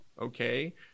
okay